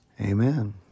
Amen